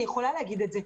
אני יכולה להגיד את זה.